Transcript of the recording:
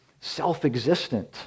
self-existent